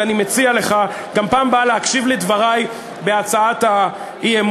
ואני מציע לך גם בפעם הבאה להקשיב לדברי בהצעת האי-אמון.